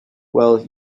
well